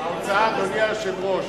אדוני היושב-ראש,